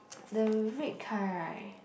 the red car right